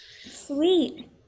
Sweet